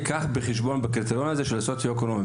ייקח בחשבון בקריטריון הזה של הסוציו-אקונומי,